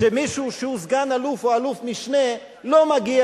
שמישהו שהוא סגן-אלוף או אלוף-משנה לא מגיע